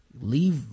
leave